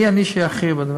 מי אני שאכריע בדבר?